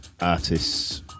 artists